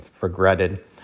regretted